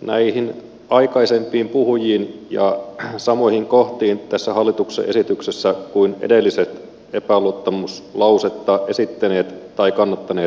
näihin aikaisempiin puhujiin ja samoihin kohtiin tässä hallituksen esityksessä kuin edelliset epäluottamuslausetta esittäneet tai kannattaneet edustajat